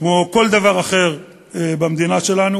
כמו כל דבר אחר במדינה שלנו.